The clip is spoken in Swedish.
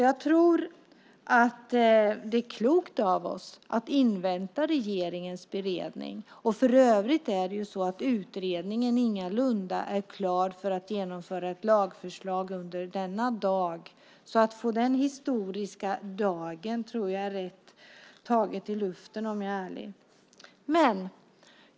Jag tror att det är klokt av oss att invänta regeringens beredning. För övrigt är utredningen ingalunda tillräckligt klar för att man ska genomföra ett lagförslag under denna dag. Det här med den historiska dagen tror jag är rätt mycket taget ur luften, om jag är ärlig.